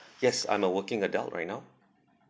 yes I'm a working adult right now